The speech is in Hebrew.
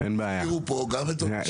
הזכירו פה גם --- אין בעיה,